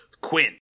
Quinn